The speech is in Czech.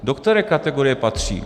Do které kategorie patří?